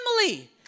family